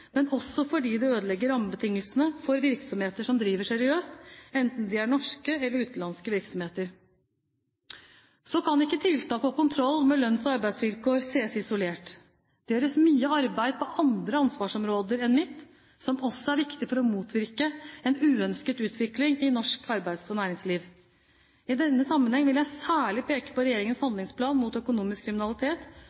men også fordi det ødelegger rammebetingelsene for virksomheter som driver seriøst, enten det er norske eller utenlandske virksomheter. Så kan ikke tiltak og kontroll med lønns- og arbeidsvilkår ses isolert. Det gjøres mye arbeid på andre ansvarsområder enn mitt som også er viktig for å motvirke en uønsket utvikling i norsk arbeids- og næringsliv. I denne sammenheng vil jeg særlig peke på regjeringens